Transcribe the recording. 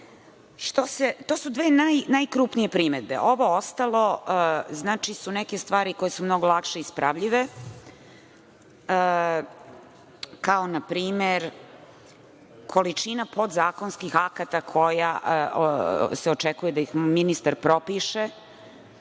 su dve najkrupnije primedbe. Ovo ostalo su neke stvari koje su mnogo lakše ispravljive, kao na primer količina podzakonskih akata koja se očekuje da je ministar propiše